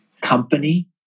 Company